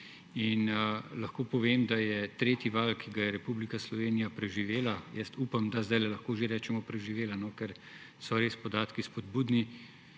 in lahko povem, da je tretji val, ki ga je Republika Slovenija preživela, upam, da zdaj lahko že rečemo preživela, ker so res podatki spodbudni,